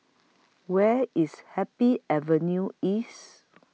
Where IS Happy Avenue East